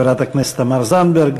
חברת הכנסת תמר זנדברג.